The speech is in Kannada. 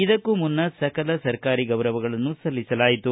ಇದಕ್ಕೂ ಮುನ್ನ ಸಕಲ ಸರ್ಕಾರಿ ಗೌರವಗಳನ್ನು ಸಲ್ಲಿಸಲಾಯಿತು